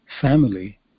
family